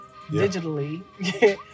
digitally